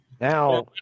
Now –